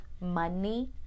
money